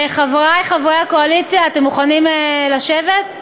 חברי חברי הקואליציה, אתם מוכנים לשבת?